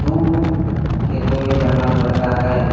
दूर खेतों में जाना पड़ता है